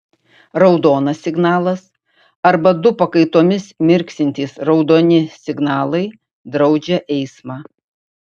raudonas signalas arba du pakaitomis mirksintys raudoni signalai draudžia eismą